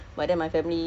oh